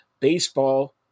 Baseball